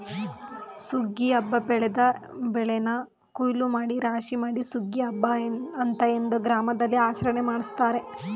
ಸುಗ್ಗಿ ಹಬ್ಬ ಬೆಳೆದ ಬೆಳೆನ ಕುಯ್ಲೂಮಾಡಿ ರಾಶಿಮಾಡಿ ಸುಗ್ಗಿ ಹಬ್ಬ ಅಂತ ಎಲ್ಲ ಗ್ರಾಮದಲ್ಲಿಆಚರಣೆ ಮಾಡ್ತಾರೆ